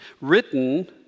written